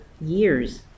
years